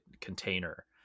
container